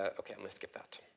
ah okay let's skip that.